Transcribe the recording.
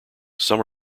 some